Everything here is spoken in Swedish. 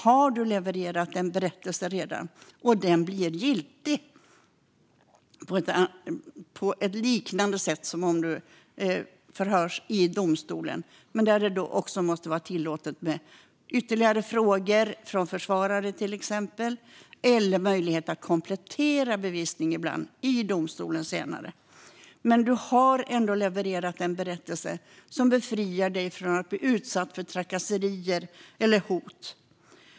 Har du redan levererat en berättelse blir den giltig på ett liknande sätt som om du förhörs i domstolen. Det måste också vara tillåtet med ytterligare frågor från till exempel försvarare eller finnas möjlighet att ibland senare komplettera bevisning i domstol. Men du har ändå levererat en berättelse som befriar dig från att bli utsatt för trakasserier eller hot.